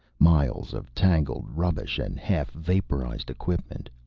miles of tangled rubbish and half-vaporized equipment.